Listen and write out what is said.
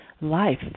life